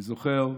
אני זוכר,